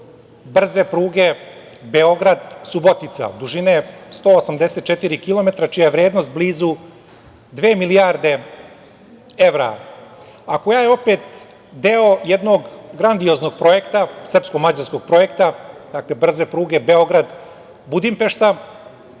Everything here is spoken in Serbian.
brze pruge Beograd-Subotica, dužine 184 kilometra, čija je vrednost blizu dve milijarde evra, a koja je opet deo jednog grandioznog projekta, srpsko-mađarskog projekta, dakle, brze prute Beograd-Budimpešta,